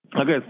Okay